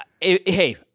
hey